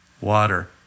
water